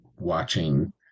watching